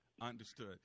Understood